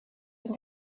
den